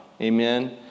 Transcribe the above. Amen